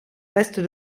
reste